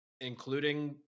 including